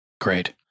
Great